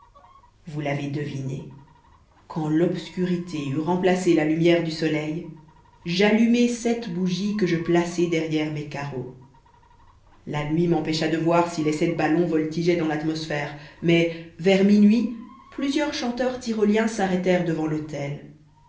vous l'avez deviné quand l'obscurité eut remplacé la lumière du soleil j'allumai sept bougies que je plaçai derrière mes carreaux la nuit m'empêcha de voir si les sept ballons voltigeaient dans l'atmosphère mais vers minuit plusieurs chanteurs tyroliens s'arrêtèrent devant l'hôtel